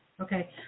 okay